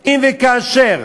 אם וכאשר